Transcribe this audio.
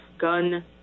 gun